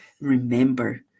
Remember